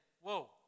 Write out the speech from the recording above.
whoa